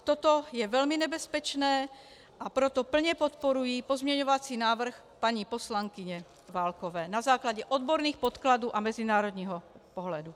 Toto je velmi nebezpečné, a proto plně podporuji pozměňovací návrh paní poslankyně Válkové, na základě odborných podkladů a mezinárodního pohledu.